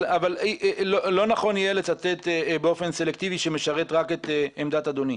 אבל לא נכון יהיה לצטט באופן סלקטיבי שמשרת רק את עמדת אדוני.